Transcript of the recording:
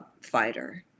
fighter